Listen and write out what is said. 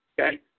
okay